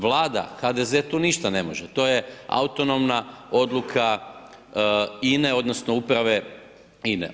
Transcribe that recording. Vlada, HDZ tu ništa ne može to je autonomna odluka INE odnosno uprave INE.